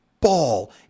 ball